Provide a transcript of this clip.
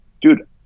dude